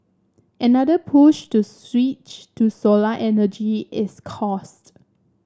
another push to switch to solar energy is cost